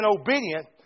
obedient